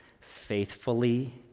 faithfully